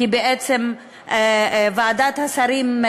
כי בעצם ועדת השרים,